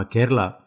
Kerala